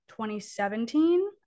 2017